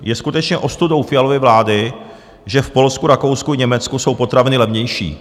Je skutečně ostudou Fialovy vlády, že v Polsku, Rakousku i Německu jsou potraviny levnější.